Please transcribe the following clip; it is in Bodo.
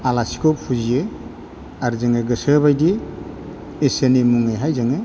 आलासिखौ फुजियो आर जोङो गोसोबायदि इसोरनि मुङैहाय जोङो